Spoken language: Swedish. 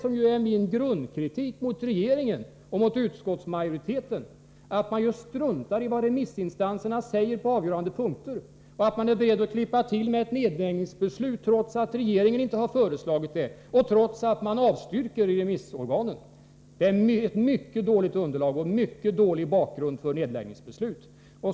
Min grundkritik mot regeringen och utskottsmajoriteten är just att de struntar i vad remissinstanserna säger på avgörande punkter. Utskottsmajoriteten är beredd att klippa till med ett nedläggningsbeslut trots att regeringen inte har föreslagit det och trots att remissorganen avstyrkt ett sådant förslag. Det finns med andra ord ett mycket dåligt underlag för ett nedläggningsbeslut.